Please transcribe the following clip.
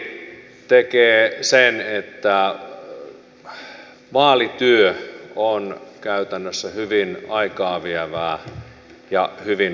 suuri vaalipiiri tekee sen että vaalityö on käytännössä hyvin aikaa vievää ja hyvin kallista